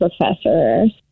professors